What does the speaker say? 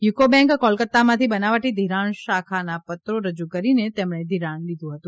UCO bank કોલકાતામાંથી બનાવટી ઘિરાણ શાખના પત્રો રજૂ કરીને તેમણે ધિરાણ લીધું હતું